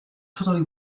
totally